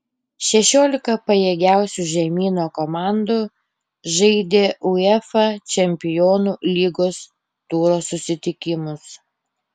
šešiolika pajėgiausių žemyno komandų žaidė uefa čempionų lygos turo susitikimus